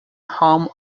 home